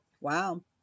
Wow